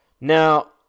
Now